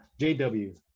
jw